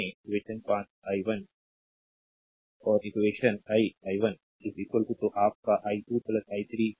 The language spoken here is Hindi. इक्वेशन 5 i1 और इक्वेशन 1 i1 तो आप का i2 i3 में